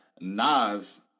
Nas